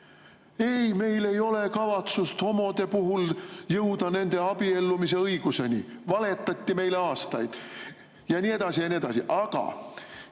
"Ei, meil ei ole kavatsust homode puhul jõuda nende abiellumise õiguseni," valetati meile aastaid. Ja nii edasi.